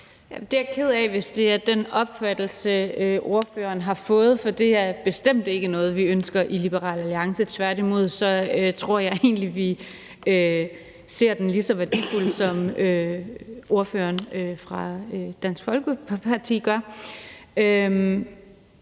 Jeg er ked af, hvis det er den opfattelse, ordføreren har fået, for det er bestemt ikke noget, vi ønsker i Liberal Alliance. Tværtimod tror jeg egentlig, at vi ser den som lige så værdifuld, som ordføreren fra Dansk Folkeparti gør.